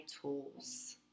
tools